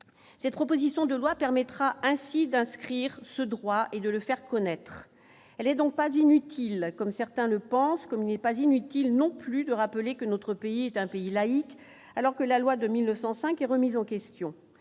Cette proposition de loi permettra ainsi d'inscrire ce droit et de le faire connaître, elle est donc pas inutile comme certains le pensent, comme il n'est pas inutile non plus de rappeler que notre pays est un pays laïc, alors que la loi de 1905 et remise en question,